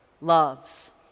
loves